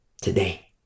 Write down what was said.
Today